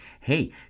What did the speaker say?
hey